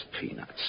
peanuts